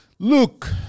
Luke